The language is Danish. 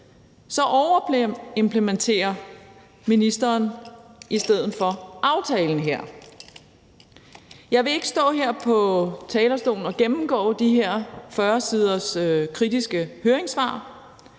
så overimplementerer ministeren i stedet for aftalen her. Jeg vil ikke stå her på talerstolen og gennemgå de her 40 siders kritiske høringssvar,